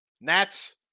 Nats